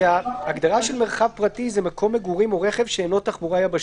ההגדרה של "מרחב פרטי" זה מקום מגורים או רכב שאינו תחבורה יבשתית.